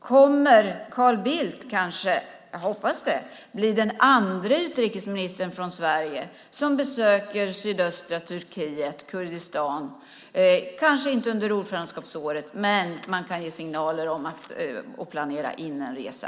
Kommer Carl Bildt att bli den andre utrikesministern från Sverige som besöker sydöstra Turkiet, Kurdistan? Jag hoppas det. Det blir kanske inte under ordförandeskapsåret, men man kan ge signaler och planera in en resa.